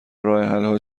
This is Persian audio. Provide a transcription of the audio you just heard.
راهحلها